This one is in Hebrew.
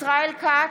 ישראל כץ,